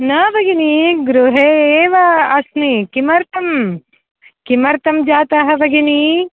न भगिनि गृहे एव अस्मि किमर्थं किमर्थं जातः भगिनि